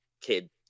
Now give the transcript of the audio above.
kid